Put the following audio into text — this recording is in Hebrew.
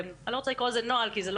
אני לא רוצה לקרוא לזה נוהל אבל.